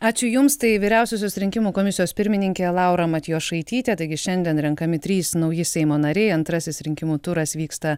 ačiū jums tai vyriausiosios rinkimų komisijos pirmininkė laura matjošaitytė taigi šiandien renkami trys nauji seimo nariai antrasis rinkimų turas vyksta